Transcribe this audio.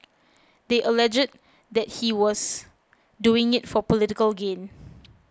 they alleged that he was doing it for political gain